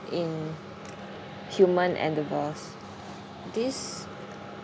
in human endeavours this